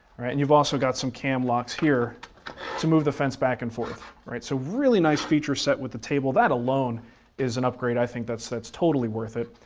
right? and you've also got some cam locks here to move the fence back and forth, all right? so really nice feature set with the table. that alone is an upgrade i think that's that's totally worth it.